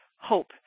hope